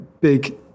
big